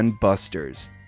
Buster's